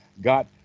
got